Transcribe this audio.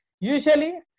usually